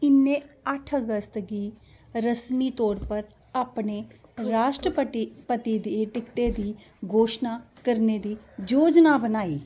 इ'न्नै अट्ठ अगस्त गी रस्मी तौर पर अपने राश्ट्रपटि पति टिकटै दी घोशना करने दी योजना बनाई ही